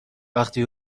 وقتی